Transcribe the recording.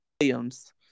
Williams